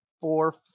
four